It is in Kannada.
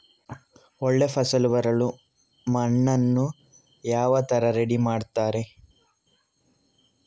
ಒಳ್ಳೆ ಫಸಲು ಬರಲು ಮಣ್ಣನ್ನು ಯಾವ ತರ ರೆಡಿ ಮಾಡ್ತಾರೆ?